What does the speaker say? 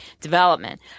development